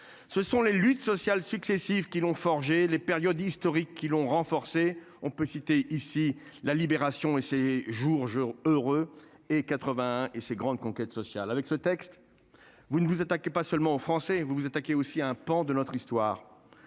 Ce sont les luttes sociales successives qui l'ont forgée les périodes historiques qui l'ont renforcé. On peut citer ici la libération et ces jours Jours heureux et 81 et ses grandes conquêtes sociales avec ce texte, vous ne vous attaquez pas seulement français, vous vous attaquez aussi un pan de notre histoire.